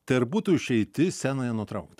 tai ar būtų išeitis senąją nutraukt